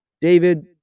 David